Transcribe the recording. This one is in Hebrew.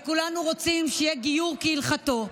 וכולנו רוצים שיהיה גיור כהלכתו,